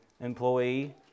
employee